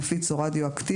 נפיץ או רדיואקטיבי,